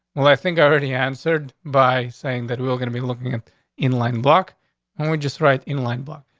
well, i think i already answered by saying that we're gonna be looking in in line block when we just right in line. block.